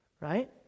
right